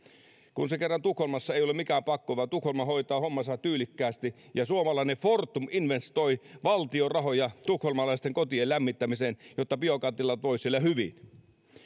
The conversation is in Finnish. kun se kerran tukholmassa ei ole mikään pakko tukholma hoitaa hommansa tyylikkäästi ja suomalainen fortum investoi valtion rahoja tukholmalaisten kotien lämmittämiseen jotta biokattilat voisivat siellä hyvin